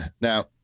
Now